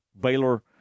Baylor